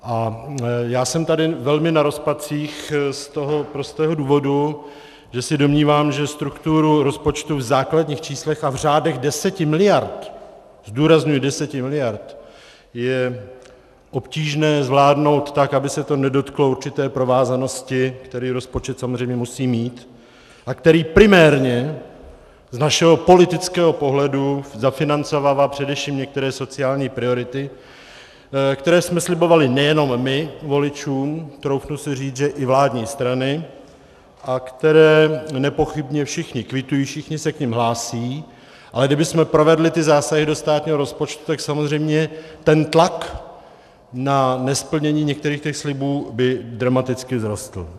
A já jsem tady velmi na rozpacích z toho prostého důvodu, že se domnívám, že strukturu rozpočtu v základních číslech a v řádech deseti miliard, zdůrazňuji deseti miliard, je obtížné zvládnout, aby se to nedotklo určité provázanosti, kterou rozpočet samozřejmě musí mít, a který primárně z našeho politického pohledu zafinancovává především některé sociální priority, které jsme slibovali nejenom my voličům, troufnu si říct, že i vládní strany, a které nepochybně všichni kvitují, všichni se k nim hlásí, ale kdybychom provedli ty zásahy do státního rozpočtu, tak samozřejmě ten tlak na nesplnění některých slibů by dramaticky vzrostl.